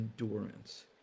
endurance